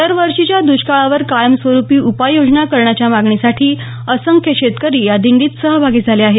दरवर्षीच्या द्ष्काळावर कायमस्वरुपी उपाययोजना करण्याच्या मागणीसाठी असंख्य शेतकरी या दिंडित सहभागी झाले आहेत